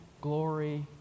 glory